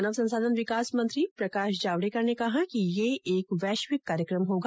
मानव संसाधन विकास मंत्री प्रकाश जावड़ेकर ने कहा कि ये एक वैश्विक कार्यक्रम होगा